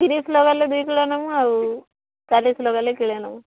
ତିରିଶ ଲଗେଇଲେ ଦୁଇ କିଲୋ ନେବୁ ଆଉ ଚାଳିଶ ଲଗେଇଲେ କିଲେ ନେବୁ